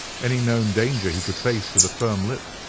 any known danger he could face with a firm lip,